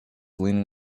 leaning